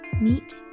meet